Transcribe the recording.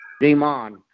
Demon